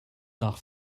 nach